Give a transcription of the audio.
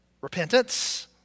Repentance